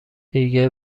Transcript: دیگه